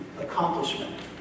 accomplishment